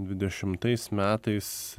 dvidešimtais metais